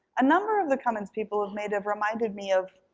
a number of the comments people have made have reminded me of